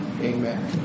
Amen